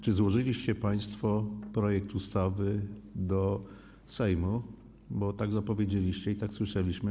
Czy złożyliście państwo projekt ustawy do Sejmu? - bo tak zapowiedzieliście i tak słyszeliśmy.